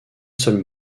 seul